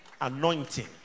Anointing